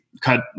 cut